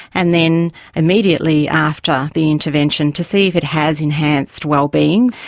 and then immediately after the intervention to see if it has enhanced wellbeing.